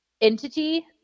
entity